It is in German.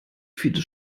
viele